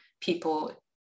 people